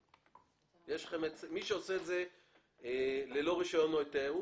מי שעושה את זה ללא רישיון או היתר,